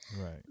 Right